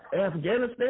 Afghanistan